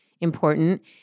important